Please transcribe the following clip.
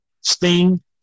Sting